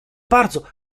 bardzo